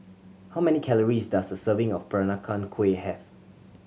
how many calories does a serving of Peranakan Kueh have